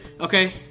Okay